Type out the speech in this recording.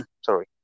Sorry